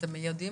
אתם מיידעים